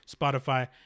Spotify